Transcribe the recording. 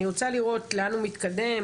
אני רוצה לראות לאן הוא מתקדם,